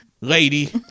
lady